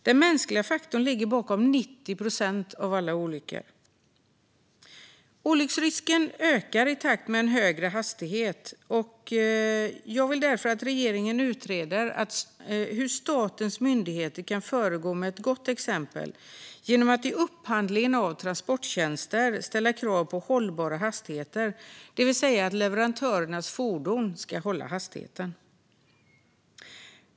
Den mänskliga faktorn ligger bakom 90 procent av alla olyckor. Olycksrisken ökar i takt med en högre hastighet. Jag vill därför att regeringen utreder hur statens myndigheter kan föregå med gott exempel genom att vid upphandling av transporttjänster ställa krav på hållbara hastigheter, det vill säga att leverantörernas fordon ska hålla hastigheten.